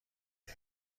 ایم